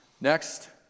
Next